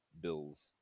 Bill's